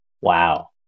wow